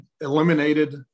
eliminated